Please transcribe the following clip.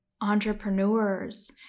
entrepreneurs